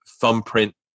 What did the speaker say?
thumbprint